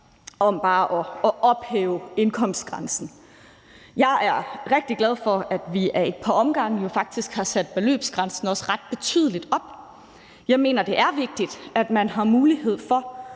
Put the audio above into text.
om bare at ophæve indkomstgrænsen. Jeg er rigtig glad for, at vi jo faktisk ad et par omgange har sat beløbsgrænsen ret betydeligt op. Jeg mener, det er vigtigt, at man har mulighed for